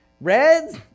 Reds